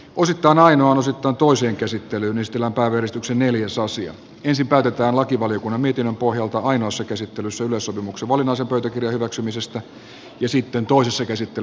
osittain ainoana sitoutuu sen käsittelyynistellä panostuksen neljäsosia ensin päätetään lakivaliokunnan mietinnön pohjalta ainoassa käsittelyssä yleissopimuksen valinnaisen pöytäkirjan hyväksymisestä ja sitten toisessa käsittelyssä lakiehdotuksesta